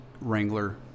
wrangler